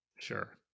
Sure